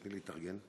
תני להתארגן.